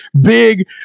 big